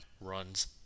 runs